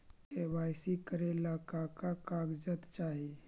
KYC करे ला का का कागजात चाही?